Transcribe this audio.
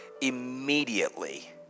immediately